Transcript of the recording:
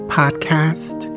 podcast